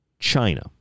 China